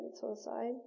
suicide